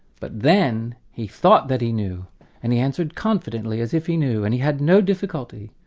but then he thought that he knew and he answered confidently as if he knew, and he had no difficulty,